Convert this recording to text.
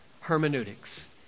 hermeneutics